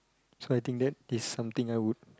so I think that is something I would